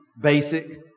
basic